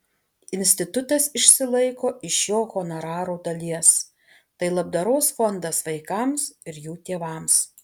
institutas išsilaiko iš jo honorarų dalies tai labdaros fondas vaikams ir jų tėvams